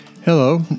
Hello